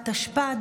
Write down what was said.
התשפ"ד